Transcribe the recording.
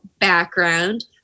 background